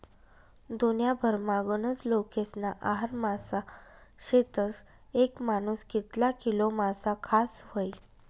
दुन्याभरमा गनज लोकेस्ना आहार मासा शेतस, येक मानूस कितला किलो मासा खास व्हयी?